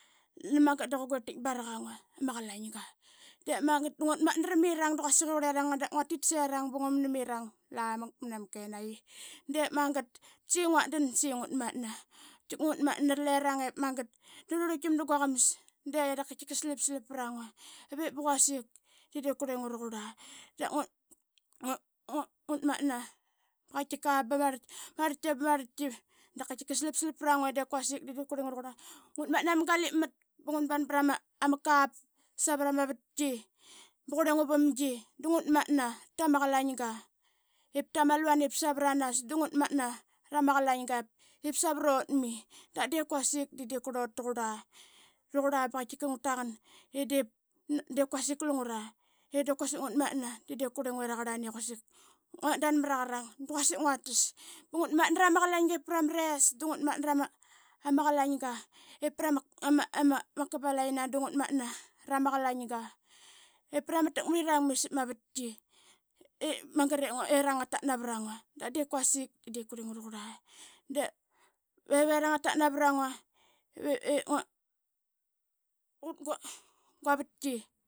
Nani magat daga guirltait baraga ngua ama qalainga de magat ramirana da quasik i qualiranga da nguatit ip ngumana irang lamak mana ma kenagia. De magat da saqi nguat dan saqi ngut matna. Qaitkik ngut manta raliranga ip magat da rluitam da quaqamas de ya dap slap slap prangua ivip ba quasik de diip qurlingua raqurla da ngut matna qaitkika ba marlatki. ba ma rlatki da slap slap prangua i de quasik de diip qurlingua raqurla. Ngut matna ma galipmat ba ngun ban prama kap savrama avatki ba qurlingua vamgi da ngut manta rama qalainga ip tama luvan savranas da ngut matna rama qalainga ip savrut mai da diip quasik de de qurlut taqurla. Qaitkika ngut taqan i diip quasik lungra de diip quasik ngut manta. De qurlingue rarqarlani i quasik nguata aqarang da quasik nguatas ba ngut matna rama qalainga ip prama res da ngut manta rama qalainga. Ip prama G. Kabalaqina da ngut manta rama qalainga prama tak marirang mai sap mat vatki. Ivirang ngatat navranqua da quasik de diip kurlingua raqurla. Ivirang ngatat navrangua pa gua vatki.